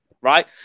Right